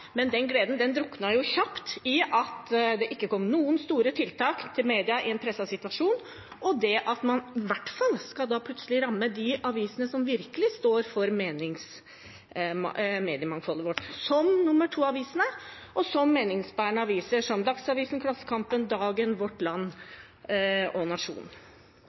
gleden druknet kjapt siden det ikke kom noen store tiltak for media i en presset situasjon, og ved at man plutselig skal ramme de avisene som virkelig står for mediemangfoldet vårt, som nr. 2-avisene og meningsbærende aviser som Dagsavisen, Klassekampen, Dagen, Vårt Land og